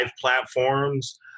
platforms